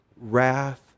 wrath